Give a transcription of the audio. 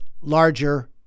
larger